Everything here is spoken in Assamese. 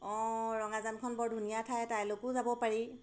অঁ ৰঙাজানখন বৰ ধুনীয়া ঠাই তালৈকো যাব পাৰি